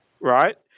Right